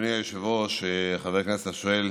אדוני היושב-ראש, חבר הכנסת השואל